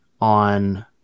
on